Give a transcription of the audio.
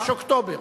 בחודש אוקטובר.